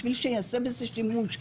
בשביל שייעשה בזה שימוש,